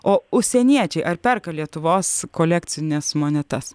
o užsieniečiai ar perka lietuvos kolekcines monetas